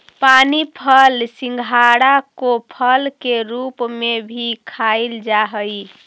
पानी फल सिंघाड़ा को फल के रूप में भी खाईल जा हई